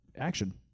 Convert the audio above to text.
action